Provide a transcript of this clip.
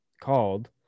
called